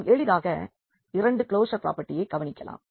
நாம் எளிதாக இரண்டு க்ளோசர் பிராபர்ட்டியைக் கவனிக்கலாம்